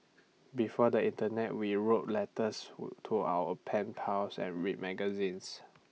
before the Internet we wrote letters to our pen pals and read magazines